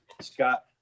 Scott